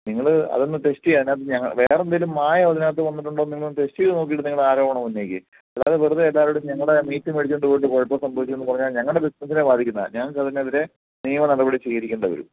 നിങ്ങൾ അതൊന്ന് ടെസ്റ്റ് ചെയ്യ് അതിനകത്ത് വേറെന്തെലും മായം അതിനകത്ത് വന്നിട്ടുണ്ടോ എന്ന് നിങ്ങളൊന്ന് ടെസ്റ്റ് ചെയ്ത് നോക്കിയിട്ട് നിങ്ങളാരോപണം ഉന്നയിക്ക് അല്ലാതെ വെറുതെ എല്ലാവരോടും ഞങ്ങളുടെ മീറ്റ് മേടിച്ചോണ്ട് പോയിട്ട് കുഴപ്പം സംഭവിക്കുമെന്ന് പറഞ്ഞാൽ ഞങ്ങളുടെ ബിസിനസിനെ ബാധിക്കുന്നതാണ് ഞങ്ങൾക്കതിനെതിരെ നിയമനടപടി സ്വീകരിക്കേണ്ടി വരും